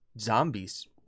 zombies